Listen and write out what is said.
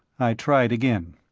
i tried again.